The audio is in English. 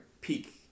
peak